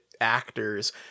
actors